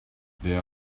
there